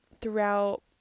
throughout